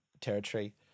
territory